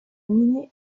mini